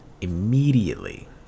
immediately